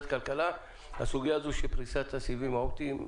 שנים אנחנו מדברים על הסוגיה של פריסת הסיבים האופטיים.